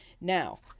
Now